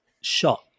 shot